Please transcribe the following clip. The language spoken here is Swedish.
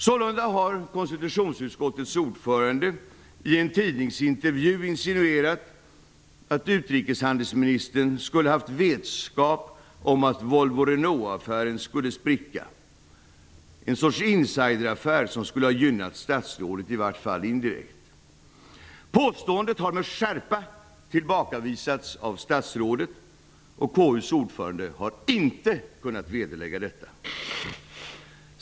Sålunda har konstitutionsutskottets ordförande i en tidningsintervju insinuerat att utrikeshandelsministern skulle ha haft vetskap om att Volvo--Renault-affären skulle spricka -- en sorts insideraffär som i vart fall skulle ha gynnat statsrådet indirekt. Påståendet har med skärpa tillbakavisats av statsrådet, och KU:s ordförande har inte kunnat bevisa påståendet.